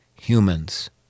humans